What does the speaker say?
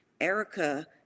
Erica